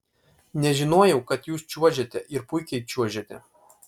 nežinojau kad jūs čiuožiate ir puikiai čiuožiate